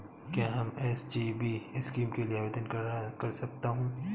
क्या मैं SGB scheme के लिए आवेदन कर सकता हूँ?